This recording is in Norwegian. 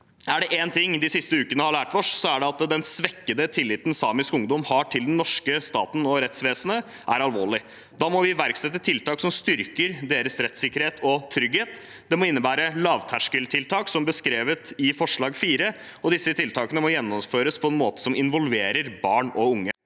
Er det én ting de siste ukene har lært oss, er det at den svekkede tilliten samisk ungdom har til den norske staten og rettsvesenet, er alvorlig. Da må vi iverksette tiltak som styrker deres rettssikkerhet og trygghet. Det må innebære lavterskeltiltak, som beskrevet i forslag nr. 4, og disse tiltakene må gjennomføres på en måte som involverer barn og unge.